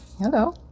Hello